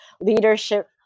leadership